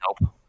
Nope